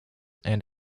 and